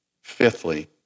fifthly